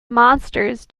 monsters